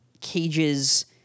cage's